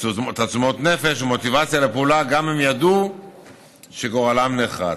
תעצומות נפש ומוטיבציה לפעולה גם אם ידעו שגורלם נחרץ.